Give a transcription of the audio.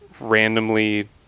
randomly